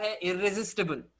irresistible